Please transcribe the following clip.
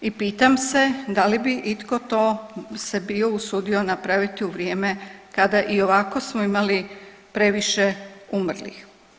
I pitam se da li bi itko to se bio usudio napraviti u vrijeme kada i ovako smo imali previše umrlih.